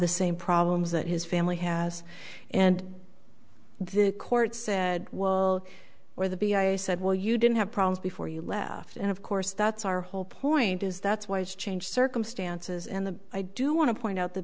the same problems that his family has and the court said will wear the b i i said well you didn't have problems before you left and of course that's our whole point is that's why it's changed circumstances and the i do want to point out the